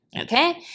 okay